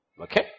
Okay